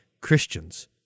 Christians